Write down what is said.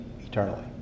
eternally